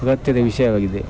ಈವತ್ತಿನ ವಿಷಯವಾಗಿದೆ